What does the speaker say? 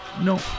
No